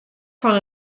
fan